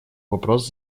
вопрос